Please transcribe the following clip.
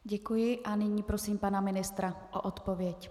Děkuji a nyní prosím pana ministra o odpověď.